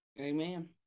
Amen